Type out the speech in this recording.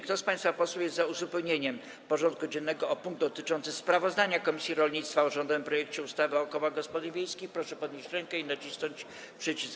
Kto z państwa posłów jest za uzupełnieniem porządku dziennego o punkt dotyczący sprawozdania komisji rolnictwa o rządowym projekcie ustawy o kołach gospodyń wiejskich, proszę podnieść rękę i nacisnąć przycisk.